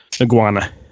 iguana